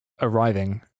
arriving